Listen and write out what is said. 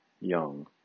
young